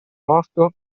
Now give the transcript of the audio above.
morto